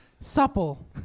supple